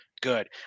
good